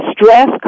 Stress